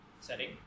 setting